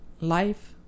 life